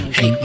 Hey